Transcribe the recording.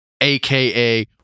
aka